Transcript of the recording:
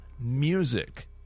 music